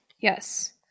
Yes